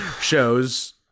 shows